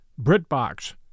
BritBox